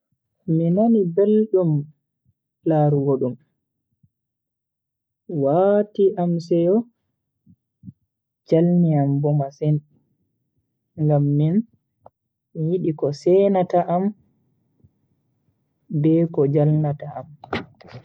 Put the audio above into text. Mi nani beldum larugo dum, wati am seyo, jalni am bo masin. Ngam min mi yidi ko seenata am be ko jalnata am.